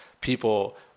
people